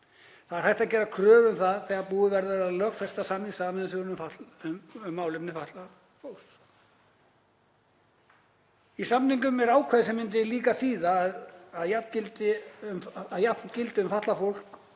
Það er hægt að gera kröfu um það þegar búið verður að lögfesta samning Sameinuðu þjóðanna um málefni fatlaðs fólks. Í samningnum er ákvæði sem myndi líka þýða að jafnt gildi um fatlað fólk